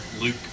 Luke